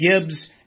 Gibbs